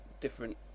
different